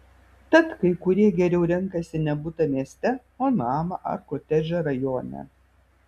tad kai kurie geriau renkasi ne butą mieste o namą ar kotedžą rajone